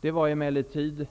Det bedömdes emellertid